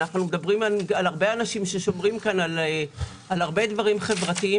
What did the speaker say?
אנחנו מדברים על הרבה אנשים ששומרים על הרבה דברים חברתיים